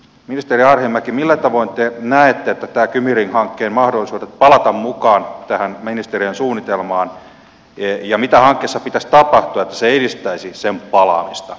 ministeri arhinmäki millä tavoin te näette kymi ring hankkeen mahdollisuudet palata mukaan tähän ministeriön suunnitelmaan ja mitä hankkeessa pitäisi tapahtua että se edistäisi sen palaamista sinne